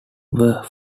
were